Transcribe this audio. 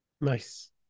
Nice